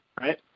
right